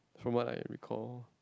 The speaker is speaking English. from what I recall